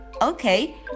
Okay